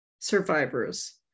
survivors